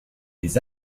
les